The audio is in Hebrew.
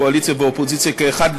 קואליציה ואופוזיציה כאחד,